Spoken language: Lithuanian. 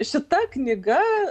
šita knyga